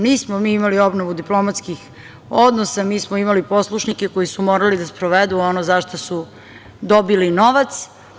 Nismo mi imali obnovu diplomatskih odnosa, mi smo imali poslušnike koji su morali da sprovedu ono za šta su dobili novac.